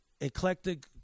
eclectic